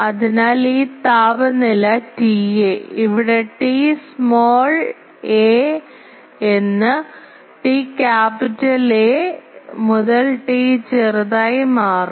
അതിനാൽ ഈ താപനില TA ഇവിടെ ടി സ്മോൾ എ എന്ന് ടി ക്യാപിറ്റൽ എ മുതൽ ടി ചെറുതായി മാറ്റും